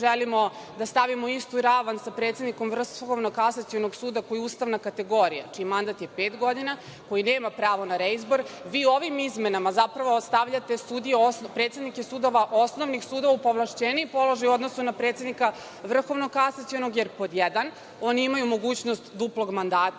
želimo da stavimo u istu ravan sa predsednikom Vrhovnog kasacionog suda, koji je ustavna kategorija, čiji mandat je pet godina, koji nema pravo na reizbor, vi ovim izmenama zapravo stavljate predsednike Osnovnih sudova u povlašćeniji položaj u odnosu na predsednika Vrhovnog kasacionog, jer pod jedan, oni imaju mogućnost duplog mandata